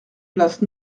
place